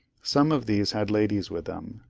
some of these had ladies with them,